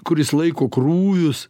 kuris laiko krūvius